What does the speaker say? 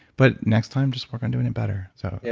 but next time just work on doing it better. so, yeah